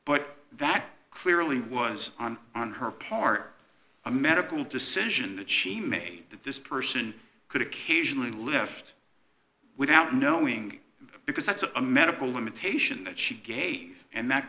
but that clearly was on on her part a medical decision that she made that this person could occasionally lift without knowing because that's a medical limitation that she gave and that